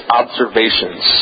observations